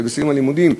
בסיום הלימודים,